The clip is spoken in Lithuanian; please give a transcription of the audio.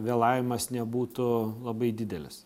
vėlavimas nebūtų labai didelis